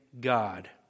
God